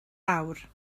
awr